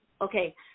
Okay